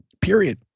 period